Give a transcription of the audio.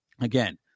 again